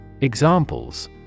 Examples